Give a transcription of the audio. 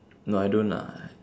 no I don't lah